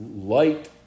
light